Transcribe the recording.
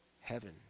heaven